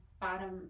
bottom